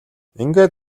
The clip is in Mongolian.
ингээд